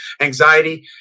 anxiety